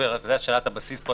זו שאלת הבסיס פה,